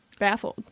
baffled